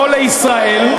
לא לישראל,